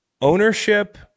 Ownership